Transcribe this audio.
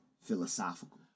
philosophical